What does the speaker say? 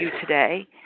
today